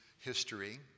history